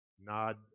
Nod